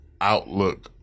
outlook